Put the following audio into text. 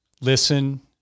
listen